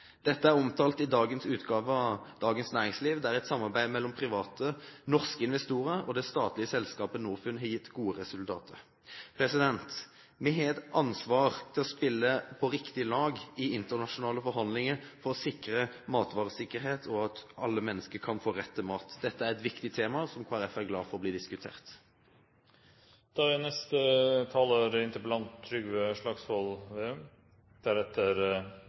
er omtalt i dagens utgave av Dagens Næringsliv at et samarbeid mellom private norske investorer og det statlige selskapet Norfund har gitt gode resultater. Vi har et ansvar for å spille på riktig lag i internasjonale forhandlinger for å sikre matvaresikkerhet og at alle mennesker kan få rett til mat. Dette er et viktig tema, som Kristelig Folkeparti er glad for blir diskutert.